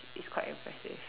is quite impressive